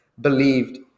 believed